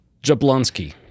Jablonski